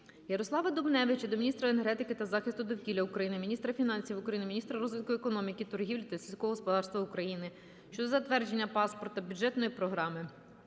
Ярослава Дубневича до міністра енергетики та захисту довкілля України, міністра фінансів України, міністра розвитку економіки, торгівлі та сільського господарства України щодо затвердження паспорта бюджетної програми